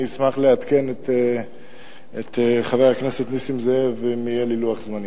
אני אשמח לעדכן את חבר הכנסת נסים זאב אם יהיה לי לוח זמנים.